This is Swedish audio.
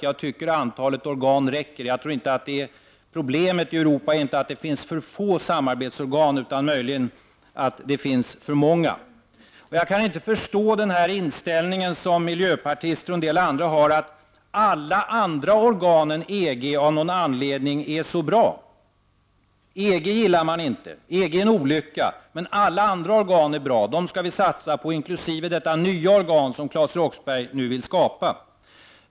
Jag tycker att antalet organ räcker. Problemet i Europa är inte att det finns för få samarbetsorgan, utan möjligen att det finns för många. Jag kan inte förstå den här inställningen som miljöpartister och en del andra har, att alla andra organ än EG av någon anledning är så bra. EG gillar man inte, EG är en olycka, men alla andra organ är bra, dem skall vi satsa på, inkl. detta nya organ som Claes Roxbergh nu vill skapa.